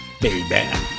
baby